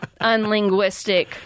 unlinguistic